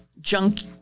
junk